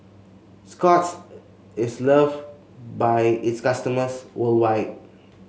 Scott's is love by its customers worldwide